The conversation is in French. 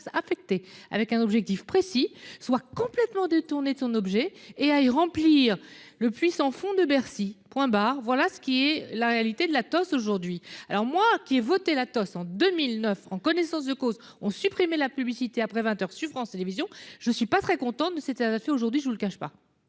affectée, avec un objectif précis soit complètement détourné de son objet et aille remplir le puits sans fond de Bercy point barre. Voilà ce qui est la réalité de la tasse aujourd'hui alors moi qui ai voté la tonne en 2009 en connaissance de cause ont supprimé la publicité après 20h sur France Télévision. Je ne suis pas très content de cette c'est aujourd'hui je vous le cache pas.